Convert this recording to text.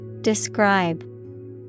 Describe